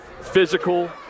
physical